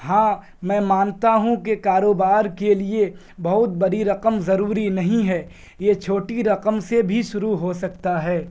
ہاں میں مانتا ہوں کہ کاروبار کے لیے بہت بڑی رقم ضروری نہیں ہے یہ چھوٹی رقم سے بھی شروع ہو سکتا ہے